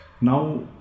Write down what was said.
Now